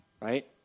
Right